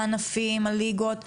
הענפים הליגות וכולי,